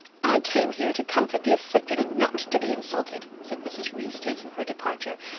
i came here to comfort the afflicted and not to be insulted, said mrs. reese, taking her departure,